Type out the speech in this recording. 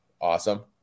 Awesome